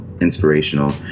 inspirational